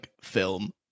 film